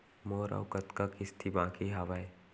मोर अऊ कतका किसती बाकी हवय?